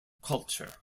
culture